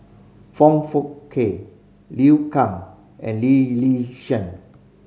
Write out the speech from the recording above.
Foong Fook Kay Liu Kang and Lee Yi Shyan